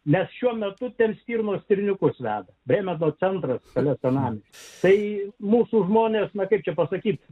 nes šiuo metu tarp stirnos ir niūkūs veda brėmeno centras save finansai mūsų žmonės matyt čia pasakysiu